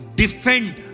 defend